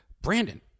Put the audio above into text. Brandon